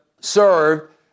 served